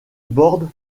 borde